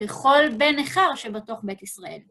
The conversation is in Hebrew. לכל בן נכר שבתוך בית ישראל.